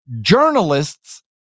journalists